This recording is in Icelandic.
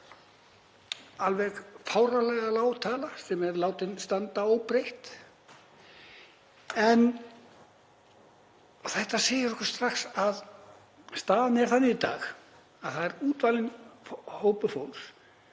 alveg fáránlega lág tala sem er látin standa óbreytt. Þetta segir okkur strax að staðan er þannig í dag að það er útvalinn hópur fólks